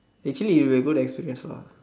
actually it will be a good experience lah